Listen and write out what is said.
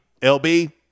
LB